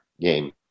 game